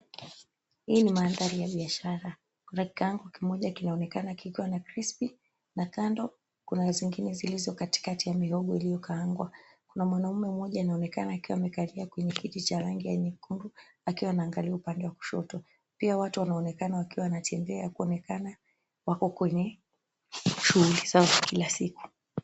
Hii ni mandhari ya biashara. Kuna kikao kimoja kinaonekana kikiwa na kipsi, na kando kuna zingine zilizo katikati ya mihogo iliyokaangwa. Kuna mwanaume mmoja anaonekana akiwa amekalia kwenye kiti cha rangi nyekundu, akiwa anaangalia upande wa kushoto. Pia watu wanaonekana wakiwa wanatembea, kuonekana wako kwenye shughuli zao za kila siku.